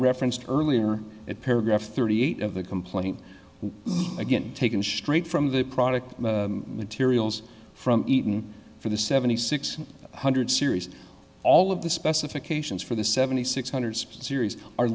referenced earlier at paragraph thirty eight of the complaint again taken straight from the product materials from eton for the seventy six hundred series all of the specifications for the seventy six hundred series are